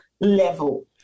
level